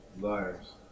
liars